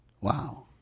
Wow